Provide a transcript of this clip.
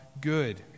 good